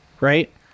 right